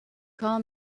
call